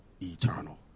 eternal